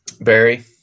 Barry